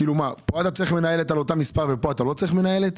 כאן אתה צריך מנהלת על אותו מספר וכאן אתה לא צריך מנהלת?